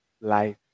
life